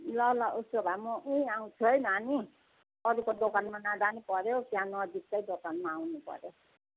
ल ल उसो भए म उहीँ आउँछु है नानी अरूको दोकानमा नजानु पर्यो त्यहाँ नजिककै दोकानमा आउनु पर्यो